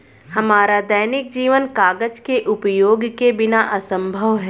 हमारा दैनिक जीवन कागज के उपयोग के बिना असंभव है